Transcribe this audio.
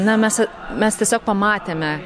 na mes mes tiesiog pamatėme